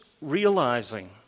realizing